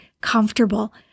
comfortable